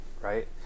right